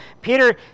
Peter